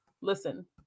listen